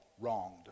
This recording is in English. wronged